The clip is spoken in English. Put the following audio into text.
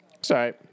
sorry